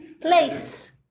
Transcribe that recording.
Place